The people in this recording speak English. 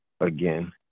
again